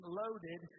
loaded